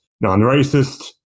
non-racist